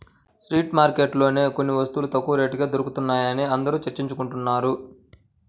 street మార్కెట్లలోనే కొన్ని వస్తువులు తక్కువ రేటుకి దొరుకుతాయని అందరూ చర్చించుకుంటున్నారు